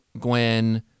Gwen